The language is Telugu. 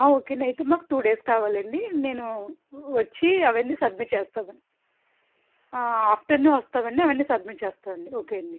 ఓకే అయితే అండి మాకు టూ డేస్ కావాలండి నేను వచ్చి అవన్నీ సబ్మిట్ చేస్తాను ఆఫ్టర్నూన్ వస్తామండి అవన్నీ సబ్మిట్ చేస్తామండి ఓకే అండి